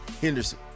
Henderson